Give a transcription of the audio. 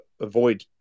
avoid